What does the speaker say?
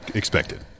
expected